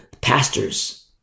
pastors